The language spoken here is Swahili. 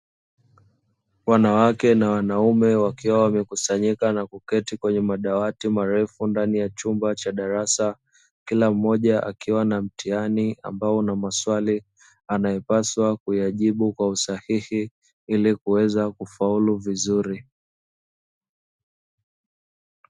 Wanawake na wanaume wakiwa wamekusanyika na kuketi kwenye madawati marefu ndani ya chumba cha darasa kila mmoja akiwa na mtihani ambao una maswali anayepaswa kuyajibu kwa usahihi ili kuweza kufaulu vizuri